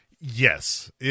Yes